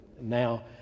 now